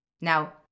Now